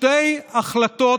שתי החלטות